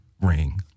ring